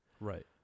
Right